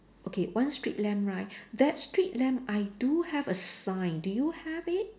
okay one street lamp right that street lamp I do have a sign do you have it